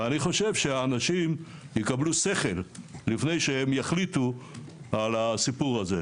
אני חושב שהאנשים יקבלו שכל לפני שהם יחליטו על הסיפור הזה.